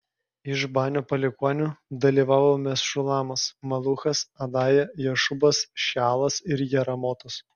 iš banio palikuonių dalyvavo mešulamas maluchas adaja jašubas šealas ir jeramotas